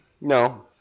No